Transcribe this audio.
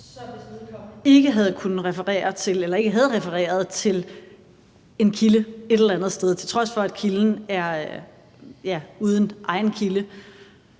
ikke havde refereret til en kilde et eller andet sted, til trods for at kilden er uden egen kilde,